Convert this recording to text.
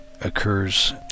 occurs